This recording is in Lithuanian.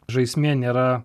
žaismė nėra